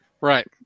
Right